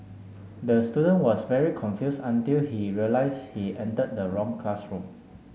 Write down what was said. the student was very confuse until he realize he entered the wrong classroom